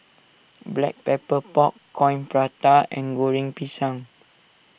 Black Pepper Pork Coin Prata and Goreng Pisang